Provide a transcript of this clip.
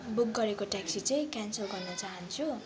book गरेको taxi चाहिँ cancel गर्न चाहन्छु